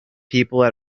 people